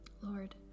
Lord